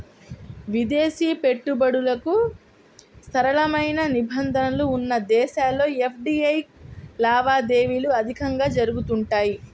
విదేశీ పెట్టుబడులకు సరళమైన నిబంధనలు ఉన్న దేశాల్లో ఎఫ్డీఐ లావాదేవీలు అధికంగా జరుగుతుంటాయి